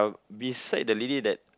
beside the lady that